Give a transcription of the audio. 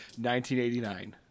1989